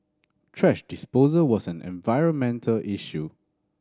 thrash disposal was an environmental issue